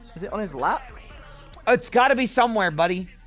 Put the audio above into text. is it on his lap? it's gotta be somewhere, buddy!